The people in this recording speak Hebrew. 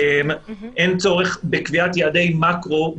אין צורך בקביעת יעדי מקרו,